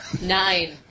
Nine